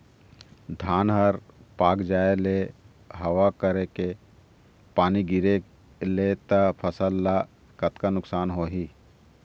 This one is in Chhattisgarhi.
धान हर पाक जाय ले हवा करके पानी गिरे ले त फसल ला कतका नुकसान होही?